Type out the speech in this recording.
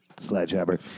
Sledgehammer